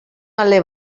ale